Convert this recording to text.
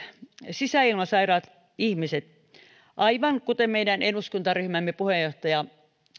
sisäilmasairaat ihmiset aivan kuten meidän eduskuntaryhmämme puheenjohtaja